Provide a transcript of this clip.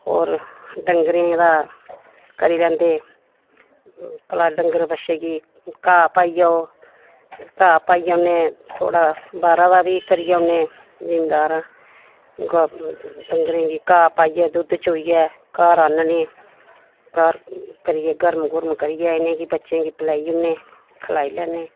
होर डंगरें दा करी लैंदे भला डंगर बच्छे गी घाह् पाई आओ फिर घाह् पाई औने थोह्ड़ा बाहरा दा बी करी औने जिमींदार आं डंगरें गी घाह् पाइयै दुद्ध चोइयै घर आह्नने घर करियै गर्म गुरम करियै इ'नें गी बच्चे गी पिलाई औने खलाई लैन्ने